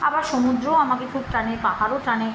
আবার সমুদ্রও আমাকে খুব টানে পাহাড়ও টানে